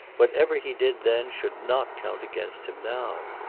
whatever he did then should not count against him now.